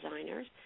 designers